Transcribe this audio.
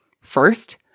First